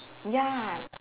ya